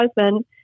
husband